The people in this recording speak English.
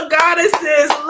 goddesses